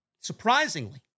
Surprisingly